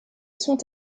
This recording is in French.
sont